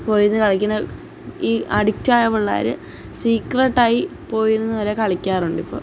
പോയിരുന്ന് കളിക്കുന്നത് ഈ അഡിക്ടായ പിള്ളേര് സീക്രെട്ടായി പോയിരുന്നുവരെ കളിക്കാറുണ്ടിപ്പോള്